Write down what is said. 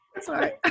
Sorry